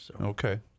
Okay